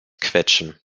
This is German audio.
quetschen